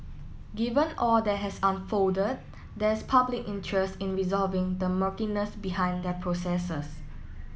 given all that has unfolded there's public interest in resolving the murkiness behind their processes